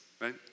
right